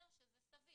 שזה סביר.